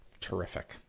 terrific